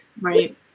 Right